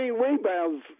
rebounds